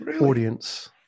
audience